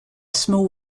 small